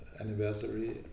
anniversary